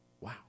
Wow